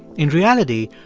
in reality,